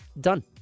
done